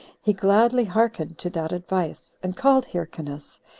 he gladly hearkened to that advice, and called hyrcanus,